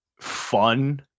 fun